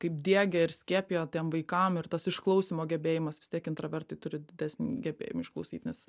kaip diegia ir skiepija tiem vaikam ir tas išklausymo gebėjimas vis tiek intravertai turi didesnį gebėjimą išklausyt nes